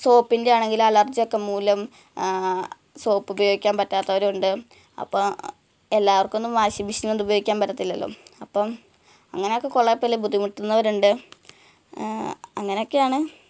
സോപ്പിന്റെ ആണെങ്കിൽ അലര്ജി ഒക്കെ മൂലം സോപ്പ് ഉപയോഗിക്കാന് പറ്റാത്തവരുണ്ട് അപ്പം എല്ലാവര്ക്കൊന്നും വാഷിങ് മെഷീൻ ഉപയോഗിക്കാന് പറ്റത്തില്ലല്ലോ അപ്പം അങ്ങനെയൊക്കെ കുറേ പേർ ബുദ്ധിമുട്ടുന്നവരുണ്ട് അങ്ങനെയൊക്കെയാണ്